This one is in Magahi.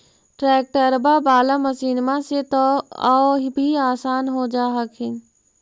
ट्रैक्टरबा बाला मसिन्मा से तो औ भी आसन हो जा हखिन?